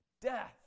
death